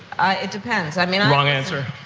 it depends. i mean. wrong answer.